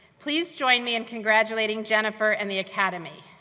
please join me in congratulating jennifer and the academy.